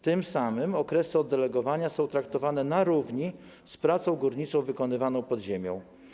Tym samym okresy oddelegowania są traktowane na równi z pracą górniczą wykonywaną pod ziemią.